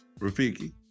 Rafiki